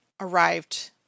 arrived